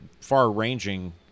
far-ranging